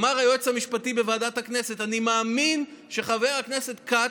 אמר היועץ המשפטי בוועדת הכנסת: אני מאמין שחבר הכנסת כץ,